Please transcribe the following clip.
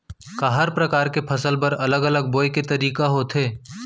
का हर प्रकार के फसल बर अलग अलग बोये के तरीका होथे?